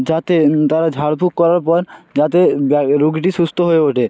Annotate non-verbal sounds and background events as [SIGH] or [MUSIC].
যাতে তারা ঝাড়ফুঁক করার পর যাতে [UNINTELLIGIBLE] রোগীটি সুস্থ হয়ে ওঠে